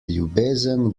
ljubezen